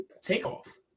takeoff